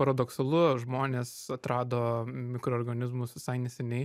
paradoksalu žmonės atrado mikroorganizmus visai neseniai